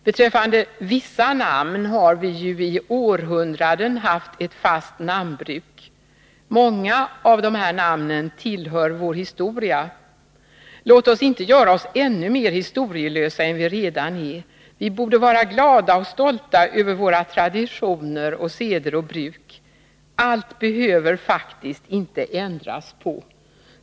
Beträffande vissa namn har vi ju i århundraden haft ett fast namnbruk. Många av dessa namn tillhör vår historia. Låt oss inte göra oss ännu mer historielösa än vi redan är! Vi borde vara stolta och glada över våra traditioner, våra seder och bruk. Allt behöver faktiskt inte ändras på.